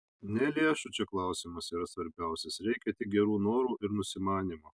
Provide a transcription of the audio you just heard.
ne lėšų čia klausimas yra svarbiausias reikia tik gerų norų ir nusimanymo